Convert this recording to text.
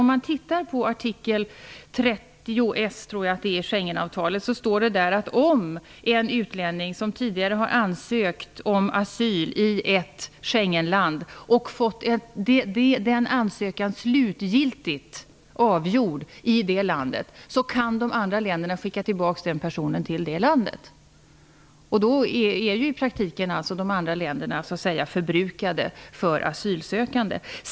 I artikel 30 s, vill jag minnas att det är, i Schengenavtalet står att om en utlänning som tidigare har ansökt om asyl i ett Schengenland och fått sin ansökan slutgiltigt avgjord i det landet kan de andra länderna skicka tillbaka den personen till det landet. I praktiken är de andra länderna förbrukade för den asylsökande.